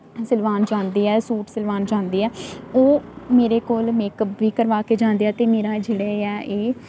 ਸਿਲਵਾਣ ਜਾਂਦੇ ਆ ਸੂਟ ਸਿਲਵਾਣ ਜਾਂਦੇ ਆ ਉਹ ਮੇਰੇ ਕੋਲ ਮੇਕਅਪ ਵੀ ਕਰਵਾ ਕੇ ਜਾਂਦੇ ਆ ਅਤੇ ਮੇਰਾ ਜਿਹੜਾ ਹੈ ਇਹ